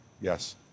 yes